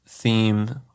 theme